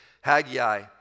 Haggai